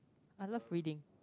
I love reading